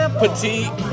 petite